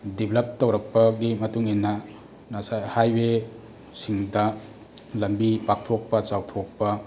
develop ꯇꯧꯔꯛꯄꯒꯤ ꯃꯇꯨꯡꯏꯟꯅ nation highway ꯁꯤꯡꯗ ꯂꯝꯕꯤ ꯄꯥꯛꯊꯣꯛꯄ ꯆꯥꯎꯊꯣꯛꯄ